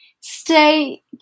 stay